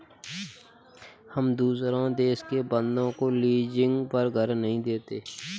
हम दुसरे देश के बन्दों को लीजिंग पर घर नहीं देते